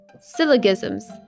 Syllogisms